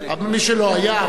מי שלא היה,